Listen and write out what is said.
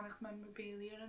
memorabilia